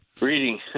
Reading